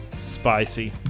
Spicy